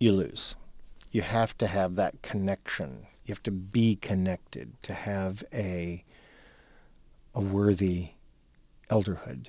you lose you have to have that connection you have to be connected to have a worthy elder hood